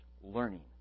learning